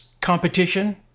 competition